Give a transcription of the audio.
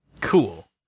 Cool